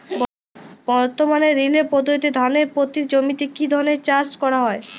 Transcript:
বর্তমানে রিলে পদ্ধতিতে ধানের পতিত জমিতে কী ধরনের চাষ করা হয়?